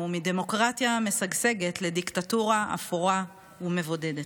מדמוקרטיה משגשגת לדיקטטורה אפורה ומבודדת.